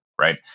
right